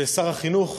ששר החינוך,